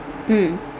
mm